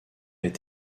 est